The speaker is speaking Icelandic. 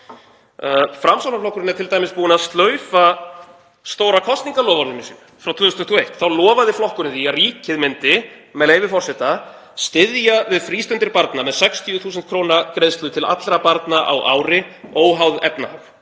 Framsóknarflokkurinn er t.d. búinn að slaufa stóra kosningaloforðinu sínu frá 2021. Þá lofaði flokkurinn því að ríkið myndi, með leyfi forseta, „styðja við frístundir barna með 60.000 kr. greiðslu til allra barna á ári óháð efnahag“.